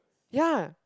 ya